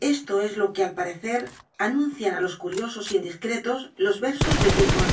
esto es lo que al parecer anuncian á los curiosos indiscretos los versos de trifon